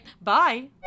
bye